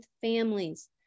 families